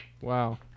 Wow